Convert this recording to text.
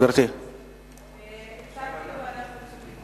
הצעתי להעביר לוועדת חוץ וביטחון.